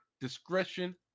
discretion